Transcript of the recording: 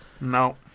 No